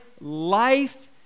life